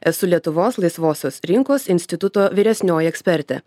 esu lietuvos laisvosios rinkos instituto vyresnioji ekspertė